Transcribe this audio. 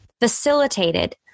facilitated